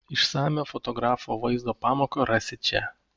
išsamią fotografo vaizdo pamoką rasi čia